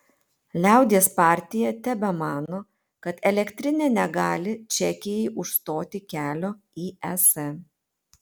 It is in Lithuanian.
liaudies partija tebemano kad elektrinė negali čekijai užstoti kelio į es